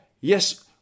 yes